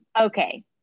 Okay